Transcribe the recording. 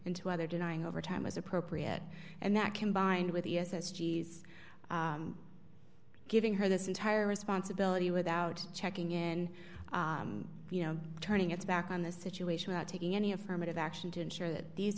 into either denying over time as appropriate and that combined with the s s g s giving her this entire responsibility without checking in you know turning its back on the situation without taking any affirmative action to ensure that these